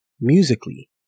musically